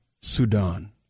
Sudan